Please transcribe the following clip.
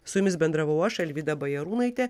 su jumis bendravau aš alvyda bajarūnaitė